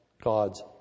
God's